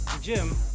Jim